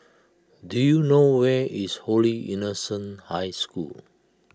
do you know where is Holy Innocents' High School